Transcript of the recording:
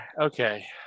Okay